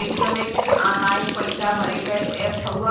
Paytm एक ठे online पइसा भरे के ऐप हउवे